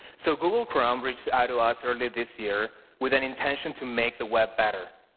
so google chrome reached out to us earlier this year with an intention to make the web better.